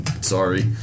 sorry